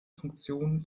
funktionen